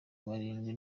barindwi